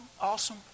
awesome